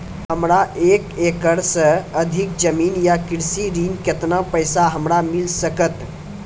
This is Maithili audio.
हमरा एक एकरऽ सऽ अधिक जमीन या कृषि ऋण केतना पैसा हमरा मिल सकत?